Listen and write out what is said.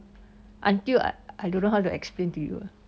until I don't know how to explain to you